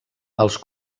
als